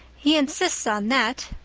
he insists on that.